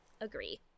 Agree